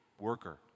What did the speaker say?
worker